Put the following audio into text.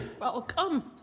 welcome